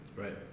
right